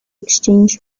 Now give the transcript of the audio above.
exchange